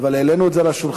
אבל העלינו את זה על השולחן,